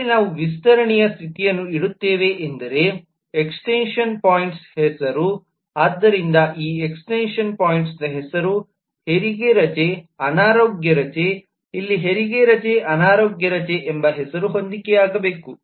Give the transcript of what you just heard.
ಮೇಲೆ ನಾವು ವಿಸ್ತರಣೆಯ ಸ್ಥಿತಿಯನ್ನು ಇಡುತ್ತೇವೆ ಎಂದರೆ ಎಕ್ಸ್ಟೆನ್ಶನ್ ಪಾಯಿಂಟ್ ಹೆಸರು ಆದ್ದರಿಂದ ಈ ಎಕ್ಸ್ಟೆನ್ಶನ್ ಪಾಯಿಂಟ್ ನ ಹೆಸರು ಹೆರಿಗೆ ರಜೆ ಅನಾರೋಗ್ಯ ರಜೆ ಇಲ್ಲಿ ಹೆರಿಗೆ ರಜೆ ಅನಾರೋಗ್ಯ ರಜೆ ಎಂಬ ಹೆಸರು ಹೊಂದಿಕೆಯಾಗಬೇಕು